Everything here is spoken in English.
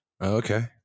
okay